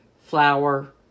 flour